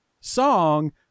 song